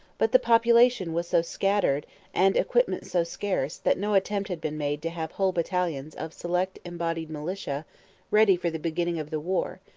but the population was so scattered and equipment so scarce that no attempt had been made to have whole battalions of select embodied militia ready for the beginning of the war,